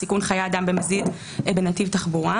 סיכון חיי אדם במזיד בנתיב תחבורה.